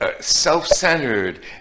self-centered